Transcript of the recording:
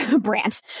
brand